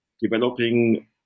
developing